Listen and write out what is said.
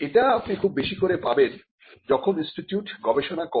এটা আপনি খুব বেশি করে পাবেন যখন ইনস্টিটিউট গবেষণা করে